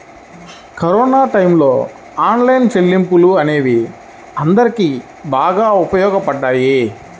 corona టైయ్యంలో online చెల్లింపులు అనేవి అందరికీ బాగా ఉపయోగపడ్డాయి